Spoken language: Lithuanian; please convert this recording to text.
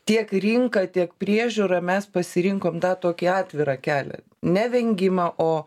tiek rinka tiek priežiūra mes pasirinkom tą tokį atvirą kelią ne vengimą o